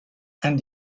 and